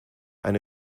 eine